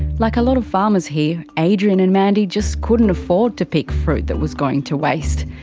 like a lot of farmers here, adrian and mandy just couldn't afford to pick fruit that was going to waste.